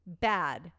bad